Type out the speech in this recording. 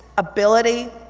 ability,